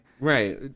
Right